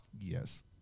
Yes